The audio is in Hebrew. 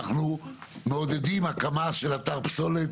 אנחנו נממש את התקציבים